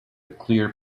clear